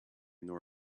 nor